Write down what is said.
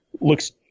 looks